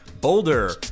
Boulder